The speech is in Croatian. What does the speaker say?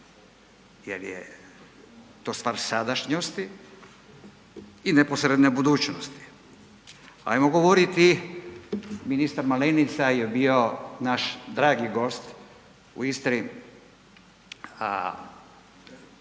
jel je to stvar sadašnjosti i neposredne budućnosti. Ajmo govoriti, ministar Malenica je bio naš dragi gost u Istri